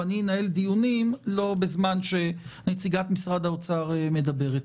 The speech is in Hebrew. ואני לא אנהל דיונים בזמן שנציגת משרד האוצר מדברת.